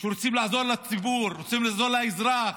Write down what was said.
שרוצים לעזור לציבור, רוצים לעזור לאזרח.